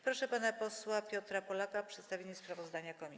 Proszę pana posła Piotra Polaka o przedstawienie sprawozdania komisji.